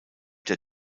der